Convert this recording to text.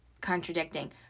contradicting